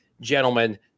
gentlemen